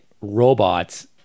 robots